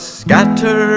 scatter